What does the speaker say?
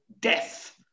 Death